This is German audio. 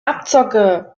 abzocke